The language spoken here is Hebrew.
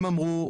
הם אמרו,